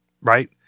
Right